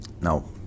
no